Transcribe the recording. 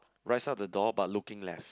right side of the door but looking left